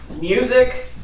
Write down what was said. music